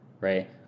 right